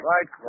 Right